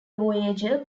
voyager